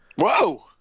whoa